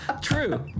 true